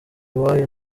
iwayo